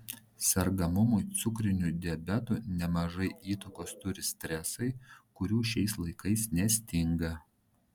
sergamumui cukriniu diabetu nemažai įtakos turi stresai kurių šiais laikais nestinga